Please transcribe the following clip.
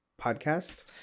Podcast